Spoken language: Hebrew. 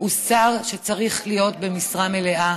הוא שר שצריך להיות במשרה מלאה